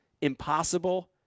impossible